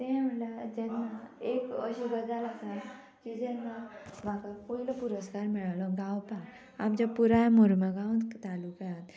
तें म्हणल्यार जेन्ना एक अशी गजाल आसा की जेन्ना म्हाका पयलो पुरस्कार मेळलो गावपाक आमच्या पुराय मुरमगांव तालुक्यात